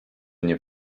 nie